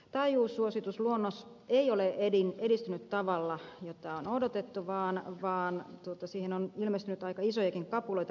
komission taajuussuositusluonnos ei ole edistynyt tavalla jota on odotettu vaan siihen on ilmestynyt aika isojakin kapuloita rattaisiin